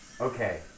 Okay